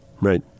Right